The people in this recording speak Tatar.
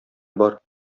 бар